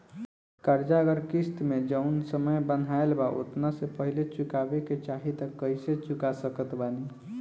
कर्जा अगर किश्त मे जऊन समय बनहाएल बा ओतना से पहिले चुकावे के चाहीं त कइसे चुका सकत बानी?